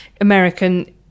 american